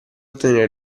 tenere